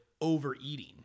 overeating